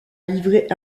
livré